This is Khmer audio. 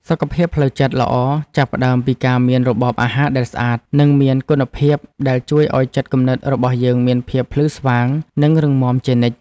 សុខភាពផ្លូវចិត្តល្អចាប់ផ្តើមពីការមានរបបអាហារដែលស្អាត និងមានគុណភាពដែលជួយឲ្យចិត្តគំនិតរបស់យើងមានភាពភ្លឺស្វាងនិងរឹងមាំជានិច្ច។